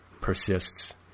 persists